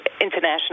international